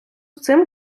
цим